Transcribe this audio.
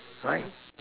right